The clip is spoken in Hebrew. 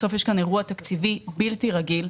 בסוף יש כאן אירוע תקציבי בלתי רגיל.